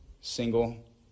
single